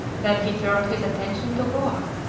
then he turned his attention to goa,